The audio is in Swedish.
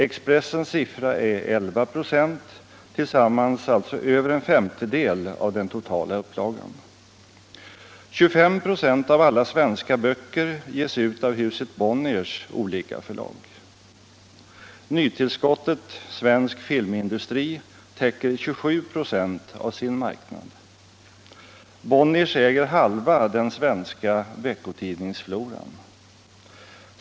Expressens siffra är 11 26, tillsammans alltså över en femtedel av den totala upplagan. 25 4 av alla svenska böcker ges ut av huset Bonniers olika förlag. Bonniers äger halva den svenska veckotidningsfloran.